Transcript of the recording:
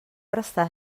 prestar